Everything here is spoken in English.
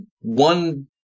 one